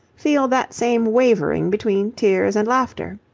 feel that same wavering between tears and laughter.